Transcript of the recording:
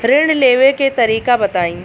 ऋण लेवे के तरीका बताई?